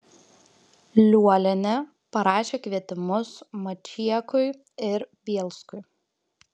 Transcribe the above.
liuolienė parašė kvietimus mačiekui ir bielskui